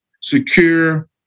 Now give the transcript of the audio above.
secure